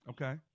Okay